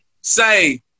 say